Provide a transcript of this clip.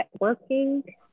networking